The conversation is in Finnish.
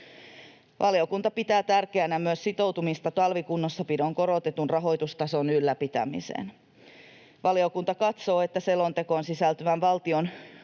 Valiokunta pitää tärkeänä myös sitoutumista talvikunnossapidon korotetun rahoitustason ylläpitämiseen. Valiokunta katsoo, että selontekoon sisältyvän valtion